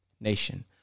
nation